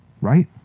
right